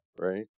right